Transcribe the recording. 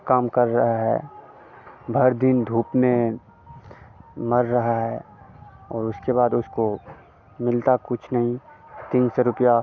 काम कर रहा है भर दिन धूप में मर रहा है और उसके बाद उसको मिलता कुछ नहीं तीन सौ रुपया